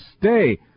stay